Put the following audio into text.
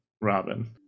Robin